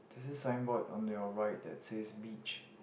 this is signboard on your right that is beach